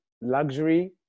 luxury